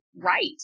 right